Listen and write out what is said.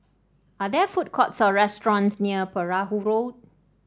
are there food courts or restaurants near Perahu Road